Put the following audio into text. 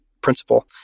principle